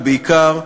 ובעיקר,